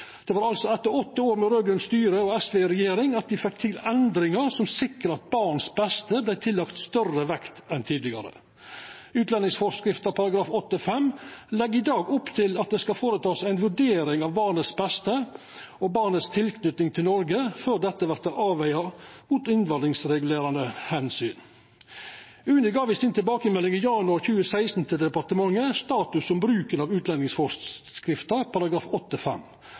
Det var altså etter åtte år med raud-grønt styre og SV i regjering at me fikk til endringar som sikra at barnets beste vart tillagt større vekt enn tidligare. Utlendingsforskrifta § 8-5 legg i dag opp til at ei vurdering av barnets beste og barnet si tilknyting til Noreg skal gjerast før dette vert vega opp mot innvandringsregulerande omsyn. UNE gav i si tilbakemelding i januar 2016 til departementet status om bruken av utlendingsforskrifta